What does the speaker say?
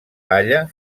palla